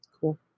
Cool